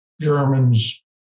Germans